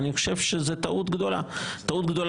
אני חושב שזאת טעות גדולה לכולנו,